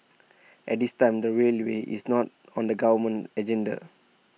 at this time the railway is not on the government's agenda